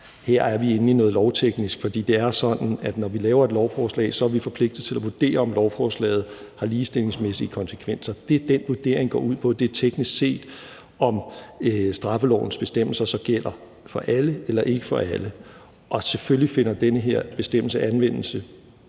her er vi inde i noget lovteknisk, for det er sådan, at når vi laver et lovforslag, så er vi forpligtet til at vurdere, om lovforslaget har ligestillingsmæssige konsekvenser. Det, den vurdering går ud på, er teknisk set, om straffelovens bestemmelser så gælder for alle eller ikke for alle. Og selvfølgelig finder den her bestemmelse anvendelse